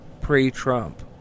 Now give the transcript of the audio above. pre-Trump